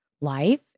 life